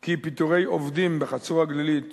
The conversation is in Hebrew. כי פיטורי עובדים בחצור-הגלילית